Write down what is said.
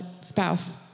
spouse